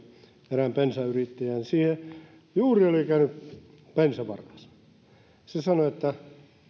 erään bensayrittäjän siellä juuri oli käynyt bensavaras ja hän sanoi että